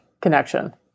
connection